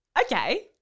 Okay